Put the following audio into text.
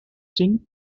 cinc